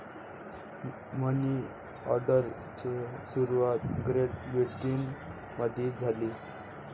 मनी ऑर्डरची सुरुवात ग्रेट ब्रिटनमध्ये झाली